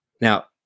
Now